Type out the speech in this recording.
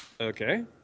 Okay